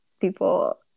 people